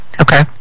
Okay